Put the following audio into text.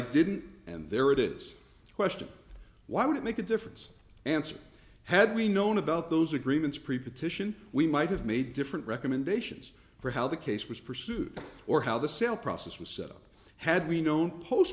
didn't and there it is the question why would it make a difference answer had we known about those agreements prepared titian we might have made different recommendations for how the case was pursued or how the sale process was set up had we known post